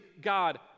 God